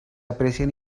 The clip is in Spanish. aprecian